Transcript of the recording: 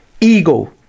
Ego